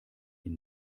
ihn